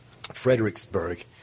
Fredericksburg